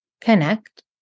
connect